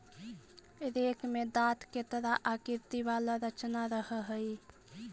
rake में दाँत के तरह आकृति वाला रचना रहऽ हई